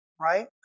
right